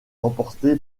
remporté